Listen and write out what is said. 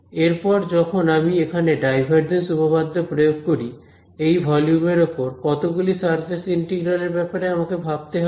এরপর যখন আমি এখানে ডাইভারজেন্স উপপাদ্য প্রয়োগ করি এই ভলিউম এর ওপর কতগুলি সারফেস ইন্টিগ্রাল এর ব্যাপারে আমাকে ভাবতে হবে